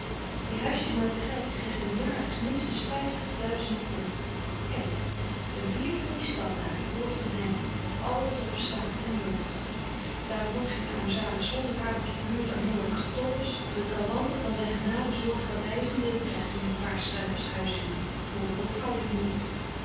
die huisjesmelkerij geef hem jaarlijks minstens vijftig duizend pond kijk een vierde van die stad daar hoort van hem met al wat er op staat en woont daar wordt geen armzalig zolderkamertje verhuurd aan hongerige tobbers of de trawanten van zijn genade zorgen dat hij zijn deel krijgt van die paar stuivers huishuur voor de hofhouding hier